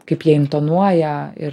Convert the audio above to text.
kaip jie intonuoja ir